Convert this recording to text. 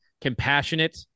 compassionate